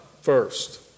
first